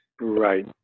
right